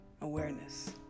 awareness